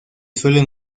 suelen